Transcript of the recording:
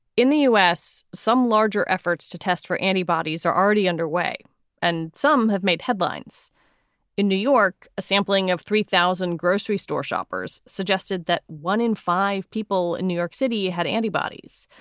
in the u s, some larger efforts to test for antibodies are already underway and some have made headlines in new york. a sampling of three thousand grocery store shoppers suggested that one in five people in new york city had antibodies.